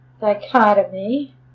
Dichotomy